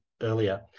earlier